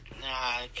Nah